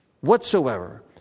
Whatsoever